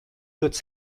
toute